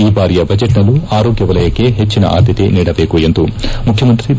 ಈ ಬಾರಿಯ ಬಜೆಟ್ ನಲ್ಲೂ ಆರೋಗ್ಯ ವಲಯಕ್ಕೆ ಹೆಚ್ಚನ ಆದ್ದತೆ ನೀಡಬೇಕೆಂದು ಮುಖ್ಯಮಂತ್ರಿ ಬಿ